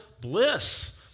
bliss